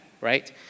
right